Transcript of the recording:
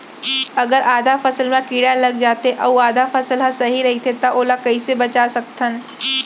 अगर आधा फसल म कीड़ा लग जाथे अऊ आधा फसल ह सही रइथे त ओला कइसे बचा सकथन?